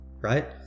right